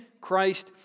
Christ